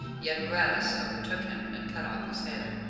yet gratus overtook him, and cut off his head.